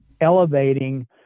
elevating